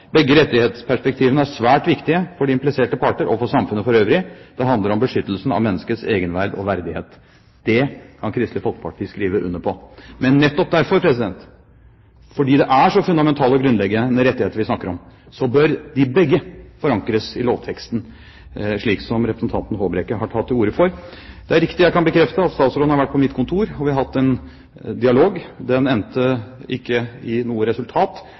Begge rettighetsperspektivene er svært viktige for de impliserte parter og samfunnet for øvrig. Det handler om beskyttelsen av menneskets egenverd og verdighet.» Dette kan Kristelig Folkeparti skrive under på. Nettopp derfor – fordi det er så fundamentale og grunnleggende rettigheter vi snakker om – bør de begge forankres i lovteksten, slik representanten Håbrekke har tatt til orde for. Det er riktig – jeg kan bekrefte det – at statsråden har vært på mitt kontor, og vi har hatt en dialog. Den endte ikke i noe resultat.